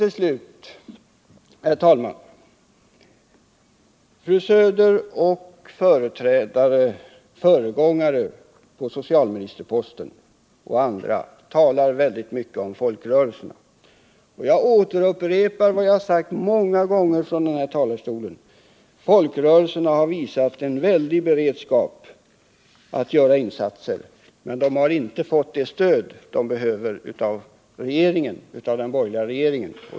Fru Söder talar liksom sin föregångare på socialministerposten mycket om folkrörelserna. Jag upprepar vad jag sagt många gånger från kammarens talarstol: Folkrörelserna har visat en väldig beredskap att göra insatser, men de har inte fått det stöd de behöver av den borgerliga regeringen.